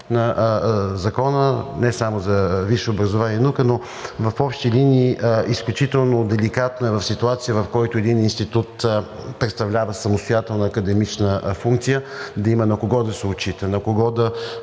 на Закона за висше образование и наука, но в общи линии изключително деликатно е в ситуация, в която един институт представлява самостоятелна академична функция, да има на кого да се отчита, на кого да